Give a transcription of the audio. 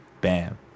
Bam